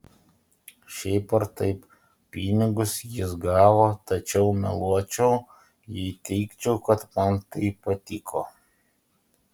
šiaip ar taip pinigus jis gavo tačiau meluočiau jei teigčiau kad man tai patiko